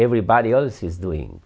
everybody else is doing